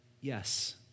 Yes